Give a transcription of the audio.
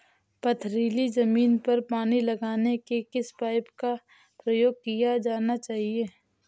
पथरीली ज़मीन पर पानी लगाने के किस पाइप का प्रयोग किया जाना चाहिए?